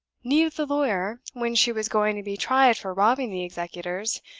neat of the lawyer, when she was going to be tried for robbing the executors,